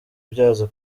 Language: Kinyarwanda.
byazo